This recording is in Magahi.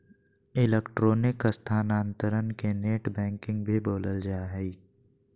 इलेक्ट्रॉनिक स्थानान्तरण के नेट बैंकिंग भी बोलल जा हइ